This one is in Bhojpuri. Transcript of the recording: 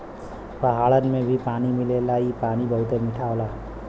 पहाड़न में भी पानी मिलेला इ पानी बहुते मीठा होला